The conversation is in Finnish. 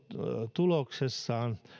tuloksessaan